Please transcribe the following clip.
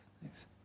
Thanks